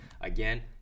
again